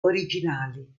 originali